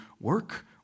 work